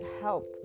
help